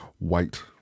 White